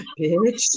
bitch